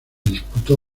disputó